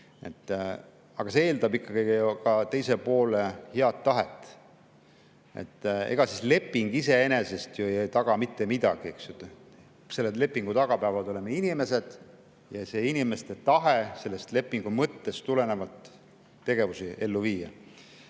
Aga see eeldab ikkagi ka teise poole head tahet. Ega siis leping iseenesest ei taga mitte midagi. Selle lepingu taga peavad olema inimesed ja inimestel peab olema tahe lepingu mõttest tulenevalt tegevusi ellu viia.